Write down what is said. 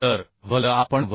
तर VL आपणVc